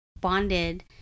bonded